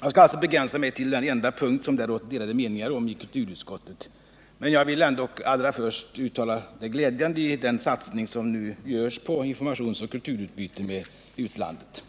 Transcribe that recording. Jag skall begränsa mig till den enda punkt som det rått delade meningar om i kulturutskottet, men jag vill allra först uttala att jag tycker att den satsning som nu görs på informationsoch kulturutbyte med utlandet är glädjande.